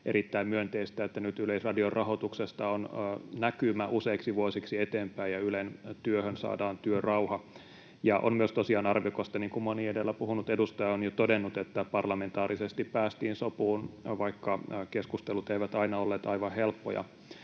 erittäin myönteistä, että nyt Yleisradion rahoituksesta on näkymä useiksi vuosiksi eteenpäin ja Ylen työhön saadaan työrauha. Ja tosiaan on myös arvokasta, niin kuin moni edellä puhunut edustaja on jo todennut, että parlamentaarisesti päästiin sopuun, vaikka keskustelut eivät aina olleet aivan helppoja.